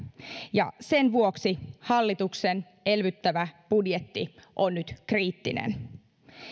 ja sen vuoksi hallituksen elvyttävä budjetti on nyt kriittinen